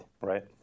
right